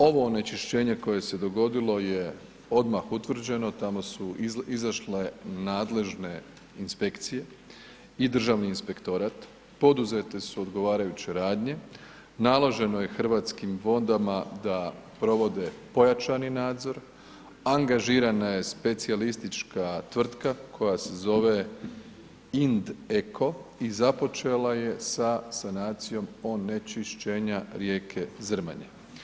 Ovo onečišćenje koje se dogodilo je odmah utvrđeno, tamo su izašle nadležne inspekcije i Državni inspektorat, poduzete su odgovarajuće radnje, naloženo je Hrvatskim vodama da provode pojačani nadzor, angažiranja je specijalistička tvrtka koja se zove IND-EKO i započela je sa sanacijom onečišćenja rijeke Zrmanje.